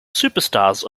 superstars